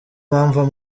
mpamvu